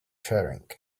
sharing